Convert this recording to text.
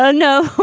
ah no.